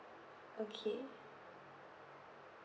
okay